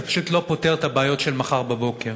זה פשוט לא פותר את הבעיות של מחר בבוקר.